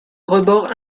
rebord